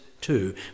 two